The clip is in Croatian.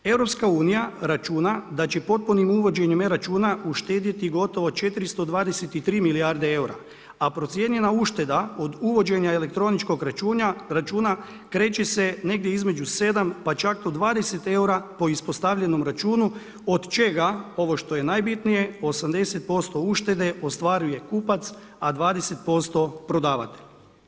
EU računa da će potpunim uvođenjem e-računa uštedjeti gotovo 423 milijarde eura a procijenjena ušteda od uvođenja elektroničkog računa kreće se negdje između 7 pa čak do 20 eura po ispostavljenom računu od čega ovo što je najbitnije, 80% uštede ostvaruje kupac a 20% prodavatelj.